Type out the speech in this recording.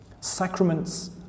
Sacraments